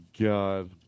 god